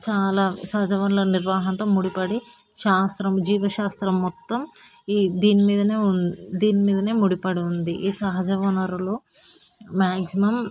చాలా సహజ వనరుల నిర్వహణతో ముడిపడి శాస్త్రం జీవశాస్త్రం మొత్తం ఈ దీని మీదనే ఉంది దీని మీదనే ముడిపడి ఉంది ఈ సహజ వనరులు మ్యాగ్జిమం